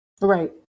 Right